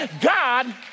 God